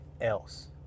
else